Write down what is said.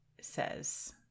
says